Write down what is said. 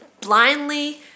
blindly